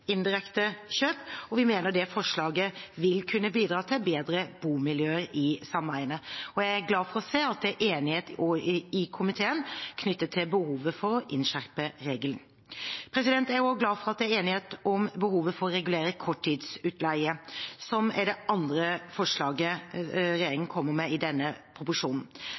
indirekte kjøp, og vi mener dette forslaget vil kunne bidra til bedre bomiljøer i sameiene. Jeg er glad for å se at det er enighet også i komiteen knyttet til behovet for å innskjerpe regelen. Jeg er også glad for at det er enighet om behovet for å regulere korttidsutleie, som er det andre forslaget regjeringen kommer med i denne proposisjonen.